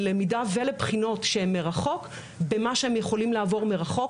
ולבחינות שהן מרחוק במה שהם יכולים לעבור מרחוק.